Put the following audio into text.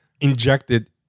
injected